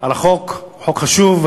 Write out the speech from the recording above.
על החוק, חוק חשוב.